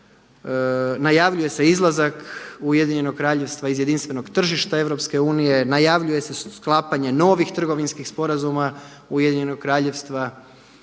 Najavljuje se izlazak Ujedinjenog Kraljevstva iz jedinstvenog tržišta EU. Najavljuje se sklapanje novih trgovinskih sporazuma Ujedinjenog Kraljevstva